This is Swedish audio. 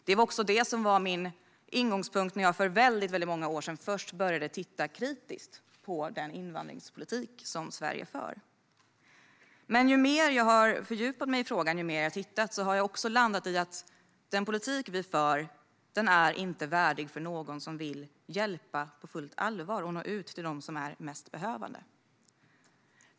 Det var också detta som var min ingångspunkt när jag för väldigt många år sedan först började titta kritiskt på den invandringspolitik som Sverige för. Men ju mer jag har fördjupat mig i frågan och tittat på detta har jag landat i att den politik vi för är inte värdig någon som vill hjälpa på fullt allvar och vill nå ut till de mest behövande.